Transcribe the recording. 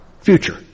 Future